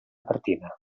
partida